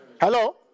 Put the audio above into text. Hello